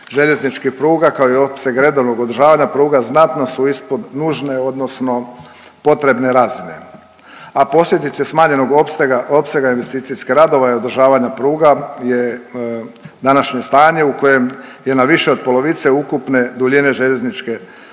željezničkih pruga, kao i opseg redovnog održavanja pruga, znatno su ispod nužne odnosno potrebne razine, a posljedice smanjenog opsega investicijskih radova i održavanja pruga je današnje stanje u kojem je na više od polovice ukupne duljine željezničke mreže